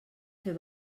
fer